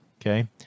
Okay